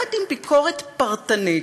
יחד עם ביקורת פרטנית,